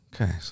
Okay